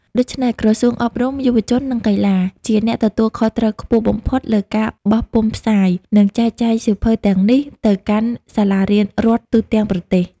ដូច្នេះ ក្រសួងអប់រំ យុវជន និងកីឡា ជាអ្នកទទួលខុសត្រូវខ្ពស់បំផុតលើការបោះពុម្ពផ្សាយ និងចែកចាយសៀវភៅទាំងនេះទៅកាន់សាលារៀនរដ្ឋទូទាំងប្រទេស។